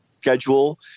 schedule